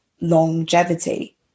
longevity